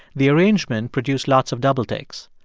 the arrangement produced lots of double takes.